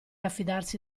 affidarsi